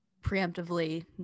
preemptively